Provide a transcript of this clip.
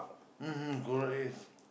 mmhmm correct yes